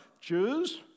Jews